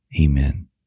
Amen